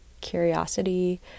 curiosity